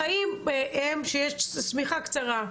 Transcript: החיים הם שיש שמיכה קצרה,